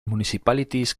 municipalities